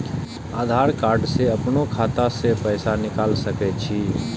आधार कार्ड से अपनो खाता से पैसा निकाल सके छी?